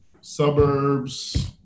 suburbs